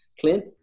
Clint